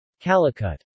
Calicut